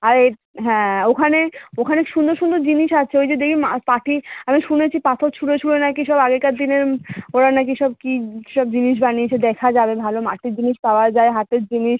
আরে হ্যাঁ ওখানে ওখানে সুন্দর সুন্দর জিনিস আছে ওই যে দেখবি মা পাটি আমি শুনেছি পাথর ছুঁড়ে ছুঁড়ে নাকি সব আগেকার দিনের ওরা নাকি সব কী সব জিনিস বানিয়েছে দেখা যাবে ভালো মাটির জিনিস পাওয়া যায় হাতের জিনিস